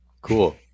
Cool